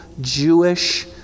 Jewish